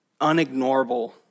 unignorable